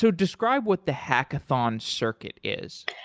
so describe what the hackathon circuit is.